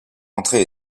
entrée